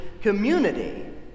community